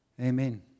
Amen